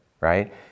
right